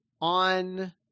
on